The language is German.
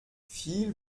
viel